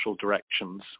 directions